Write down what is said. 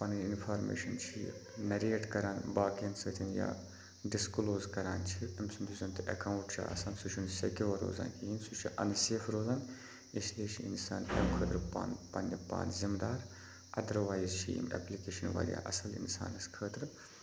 پَنٕنۍ اِنفارمیشَن چھِ یہِ نَریٹ کَران باقِیَن سۭتۍ یا ڈِسکٕلوز کَران چھِ أمۍ سُنٛد یُس زَن تہِ اٮ۪کاوُنٛٹ چھُ آسان سُہ چھُنہٕ سیٚکیور روزان کِہیٖنۍ سُہ چھُ اَنسیف روزان اِسلیے چھِ اِنسان اَمہِ خٲطرٕ پان پنٛنہِ پان ذِمہٕ دار اَدَروایِز چھے یِم اٮ۪پلِکیشَن واریاہ اَصٕل اِنسانَس خٲطرٕ